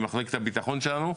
עם מחלקת הביטחון שלנו.